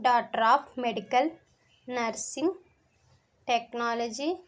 doctor of medical nursing technology